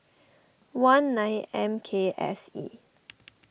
one nine M K S E